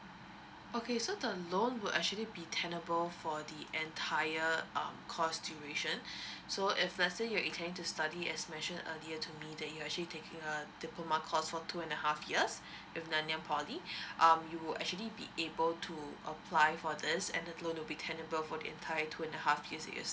okay so the loan will actually be tenable for the entire um course duration so if let's say you are inclining to study as mentioned earlier to me that you actually taking a diploma course for two and a half years with nanyang poly um you will actually be able to apply for this and the loan will be tenable for the entire two and a half years that you are study